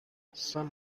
some